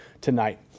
tonight